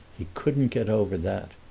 he couldn't get over that.